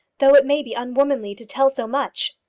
though it may be unwomanly to tell so much.